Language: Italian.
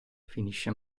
finisce